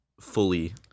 fully